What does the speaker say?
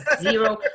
Zero